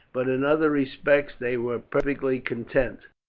but in other respects they were perfectly contented.